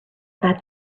about